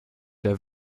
der